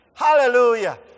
Hallelujah